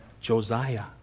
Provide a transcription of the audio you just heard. Josiah